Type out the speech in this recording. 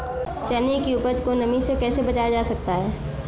चने की उपज को नमी से कैसे बचाया जा सकता है?